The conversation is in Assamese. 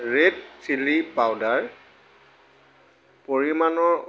ৰেড চিলি পাউডাৰ পৰিমাণৰ